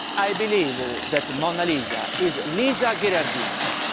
i believe ah that mona lisa is lisa gherardini.